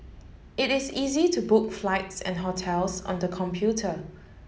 it is easy to book flights and hotels on the computer